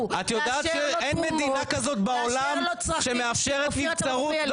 את יודעת שאין מדינה כזאת בעולם שמאפשרת נבצרות.